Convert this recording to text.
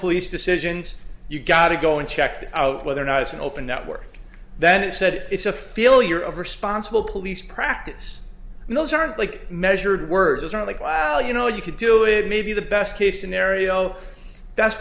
police decisions you've got to go in checked out whether or not it's an open network then it said it's a failure of responsible police practice and those aren't like measured words or like wow you know you could do it maybe the best case scenario